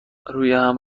رویهم